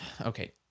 okay